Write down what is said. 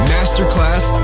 Masterclass